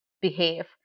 behave